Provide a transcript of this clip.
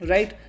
Right